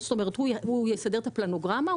הוא יסדר את הפלנוגרמה,